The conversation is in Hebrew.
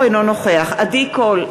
אינו נוכח עדי קול,